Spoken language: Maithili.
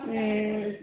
हूँ